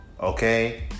Okay